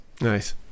Nice